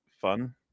fun